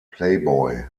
playboy